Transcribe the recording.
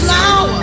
now